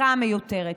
הצריכה המיותרת,